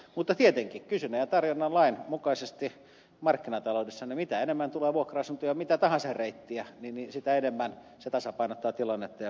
mutta tietenkin kysynnän ja tarjonnan lain mukaisesti markkinataloudessa mitä enemmän tulee vuokra asuntoja mitä tahansa reittiä niin sitä enemmän se tasapainottaa tilannetta ja pitää vuokria aisoissa